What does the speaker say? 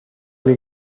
que